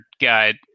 guide